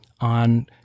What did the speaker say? on